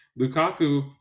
lukaku